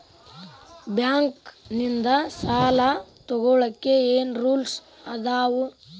Bank ನಿಂದ್ ಸಾಲ ತೊಗೋಳಕ್ಕೆ ಏನ್ ರೂಲ್ಸ್ ಅದಾವ?